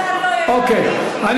גם אנחנו, כשדיברנו השר לא הקשיב.